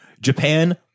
Japan